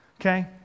Okay